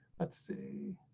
let's see.